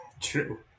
True